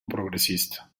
progresista